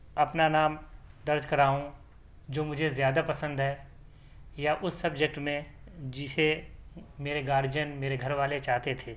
اپنا نام درج کراؤں جو مجھے زیادہ پسند ہے یا اس سبجیکٹ میں جسے میرے گارجین میرے گھر والے چاہتے تھے